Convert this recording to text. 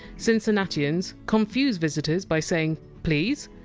degcincinnatians confuse visitors by saying please?